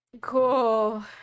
Cool